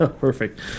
perfect